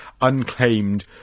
unclaimed